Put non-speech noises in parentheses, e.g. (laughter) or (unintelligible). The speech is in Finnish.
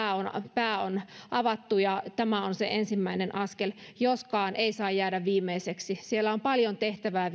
pää on avattu ja tämä on se ensimmäinen askel joskaan ei saa jäädä viimeiseksi suomalaisessa vakuutuslääkärijärjestelmässä on vielä paljon tehtävää (unintelligible)